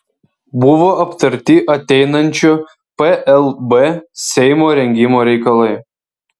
buvo aptarti ateinančio plb seimo rengimo reikalai